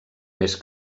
més